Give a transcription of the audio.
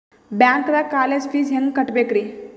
ಬ್ಯಾಂಕ್ದಾಗ college fees ಹೆಂಗ್ ಕಟ್ಟ್ಬೇಕ್ರಿ?